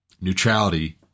neutrality